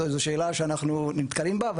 זו שאלה שאנחנו נתקלים בה.